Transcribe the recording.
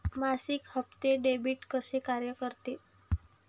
मासिक हप्ते, डेबिट कसे कार्य करते